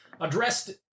addressed